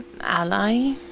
Ally